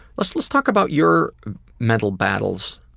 let's let's talk about your mental battles.